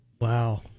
wow